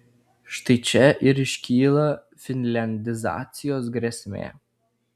štai čia ir iškyla finliandizacijos grėsmė